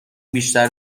بیشتر